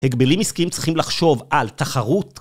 הגבלים עסקים צריכים לחשוב על תחרות?